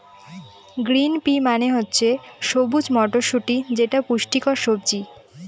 green pea মানে হচ্ছে সবুজ মটরশুটি যেটা পুষ্টিকর সবজি